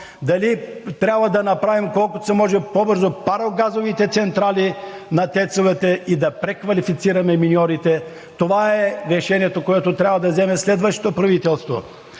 дали трябва да направим колкото се може по-бързо парогазовите централи на тецовете и да преквалифицираме миньорите – това е решението, което трябва да вземе следващото правителство.